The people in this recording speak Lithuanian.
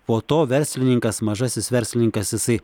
po to verslininkas mažasis verslininkas jisai